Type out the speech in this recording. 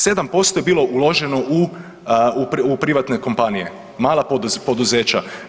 7% je bilo uloženo u privatne kompanije, mala poduzeća.